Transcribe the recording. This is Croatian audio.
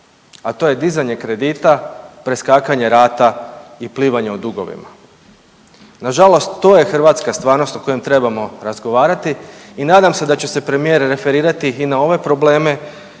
a to je dizanje kredita, preskakanje rata i plivanje u dugovima. Nažalost to je hrvatska stvarnost o kojoj trebamo razgovarati i nadam se da će se premijer referirati i na ove probleme